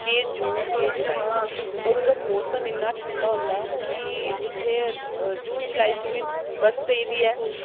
केह् जून केह् जुलाई और उद्धर मौसम इन्ना ठंडा होंदा कि उत्थै जून जुलाई च बी बर्फ पेदी ऐ